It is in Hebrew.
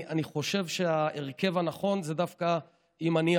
אני חושב שההרכב הנכון זה דווקא אם אני,